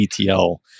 ETL